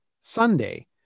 Sunday